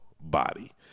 Body